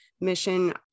mission